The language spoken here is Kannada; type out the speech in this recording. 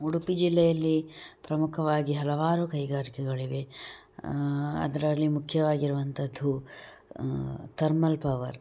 ಉಡುಪಿ ಜಿಲ್ಲೆಯಲ್ಲಿ ಪ್ರಮುಖವಾಗಿ ಹಲವಾರು ಕೈಗಾರಿಕೆಗಳಿವೆ ಅದರಲ್ಲಿ ಮುಖ್ಯವಾಗಿರುವಂಥದ್ದು ಥರ್ಮಲ್ ಪವರ್